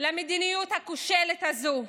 למדיניות הכושלת הזאת,